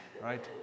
right